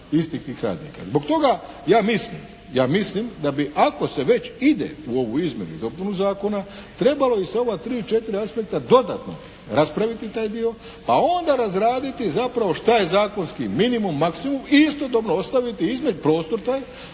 istih tih radnika. Zbog toga ja mislim da bi ako se već ide u ovu izmjenu i dopunu zakona trebalo bi sa ova tri, četiri aspekta dodatno raspraviti taj dio, a onda razraditi zapravo što je zakonski minimum, maksimum i istodobno ostaviti između prostor taj